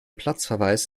platzverweis